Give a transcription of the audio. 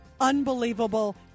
unbelievable